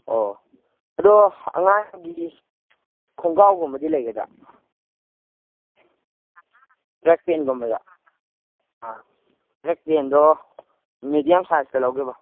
ꯑꯣ ꯑꯗꯣ ꯑꯉꯥꯡꯒꯤ ꯈꯣꯡꯒꯥꯎꯒꯨꯝꯕꯗꯤ ꯂꯩꯒꯗ꯭ꯔꯥ ꯕ꯭ꯂꯦꯛ ꯄꯦꯟꯒꯨꯝꯕꯗ ꯑꯥ ꯕ꯭ꯂꯦꯛ ꯄꯦꯟꯗꯣ ꯃꯦꯗꯤꯌꯝ ꯁꯥꯏꯁꯇ ꯂꯧꯒꯦꯕ